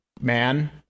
man